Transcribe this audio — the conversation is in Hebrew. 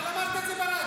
אבל אמרת את זה ברדיו.